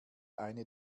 eine